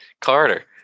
Carter